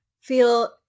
feel